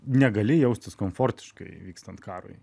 negali jaustis komfortiškai vykstant karui